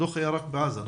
הדוח היה רק בגדה?